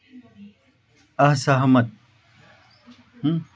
असहमत